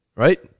Right